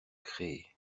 créer